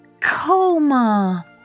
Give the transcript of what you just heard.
Coma